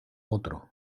otro